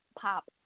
pop